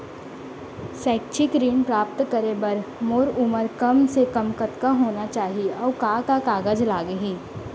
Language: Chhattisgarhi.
शैक्षिक ऋण प्राप्त करे बर मोर उमर कम से कम कतका होना चाहि, अऊ का का कागज लागही?